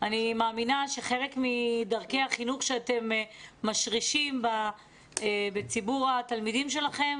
אני מאמינה שחלק מדרכי החינוך שאתם משרישים בציבור התלמידים שלכם,